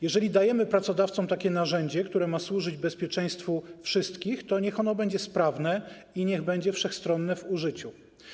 Jeżeli dajemy pracodawcom takie narzędzie, które ma służyć bezpieczeństwu wszystkich, to niech ono będzie sprawne i niech będzie wszechstronne w użyciu.